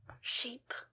Sheep